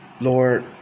Lord